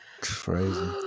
Crazy